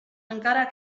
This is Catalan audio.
encara